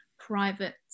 private